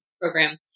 program